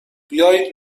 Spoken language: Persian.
بیایید